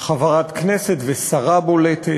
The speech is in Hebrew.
חברת כנסת ושרה בולטת,